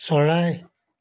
চৰাই